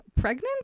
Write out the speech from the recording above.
pregnant